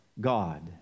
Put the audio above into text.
God